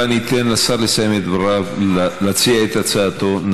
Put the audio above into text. אולי ניתן לשר לסיים את דבריו ולהציע את הצעתו.